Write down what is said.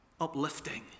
uplifting